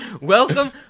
welcome